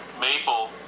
maple